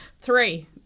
three